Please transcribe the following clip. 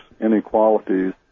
inequalities